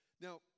Now